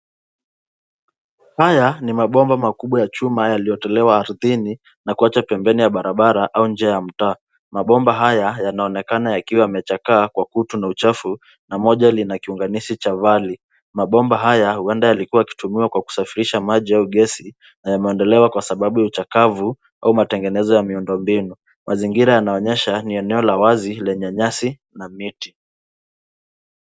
Haya ni mabomba makubwa ya chuma ,yaliyotolewa ardhini na kuachwa pembeni ya barabara, au njia ya mtaa .Mabomba haya yanaonekana yakiwa yamechakaa kwa kutu na uchafu, na moja lina kiunganishi cha vali. Mabomba haya huenda yalikuwa yakitumiwa kwa kusafisha maji au gesi, na yameondolewa kwa sababu ya uchakavu, au matengenezo ya miundo mbinu .Mazingira yana onyesha ni eneo la wazi lenye nyasi na miti.